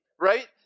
right